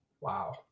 Wow